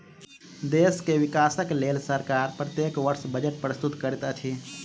देश के विकासक लेल सरकार प्रत्येक वर्ष बजट प्रस्तुत करैत अछि